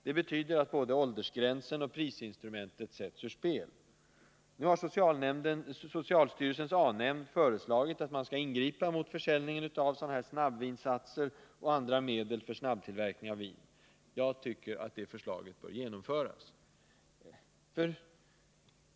Det betyder att både åldersgränsen och prisinstrumentet sätts ur spel. Nu har socialstyrelsens A-nämnd förslagit att man skall ingripa mot försäljningen av snabbvinsatser och andra medel för snabbtillverkning av vin. Det förslaget bör genomföras.